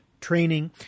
training